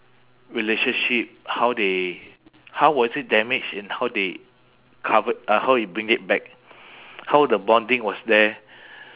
relationship how they how was it damaged and how they covered uh how they bring it back how the bonding was there